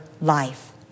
life